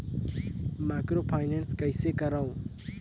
Microfinance कइसे करव?